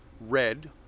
red